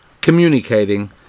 communicating